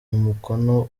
umukono